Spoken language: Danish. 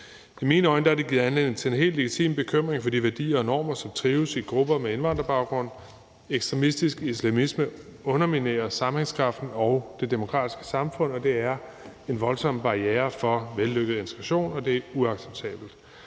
I mine øjne har det givet anledning til en helt legitim bekymring for de værdier og normer, som trives i grupper med indvandrerbaggrund. Ekstremistisk islamisme underminerer sammenhængskraften og det demokratiske samfund, og det er en voldsom barriere for vellykket integration, og det er uacceptabelt.